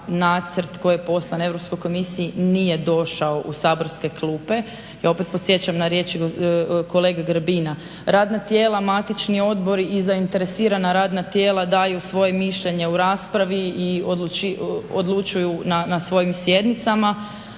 nacrt koji je poslan Europskoj komisiji nije došao u saborske klupe i ja opet podsjećam na riječi kolege Grbina. Radna tijela, Matični odbori i zainteresirana radna tijela daju svoje mišljenje u raspravi i odlučuju na svojim sjednicama.